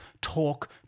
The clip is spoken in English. talk